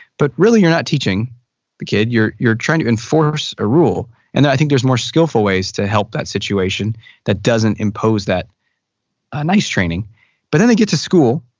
but really you're not teaching the kid you're you're trying to enforce a rule and i think there's more skillful ways to help that situation that doesn't impose that ah nice training but then they get to school,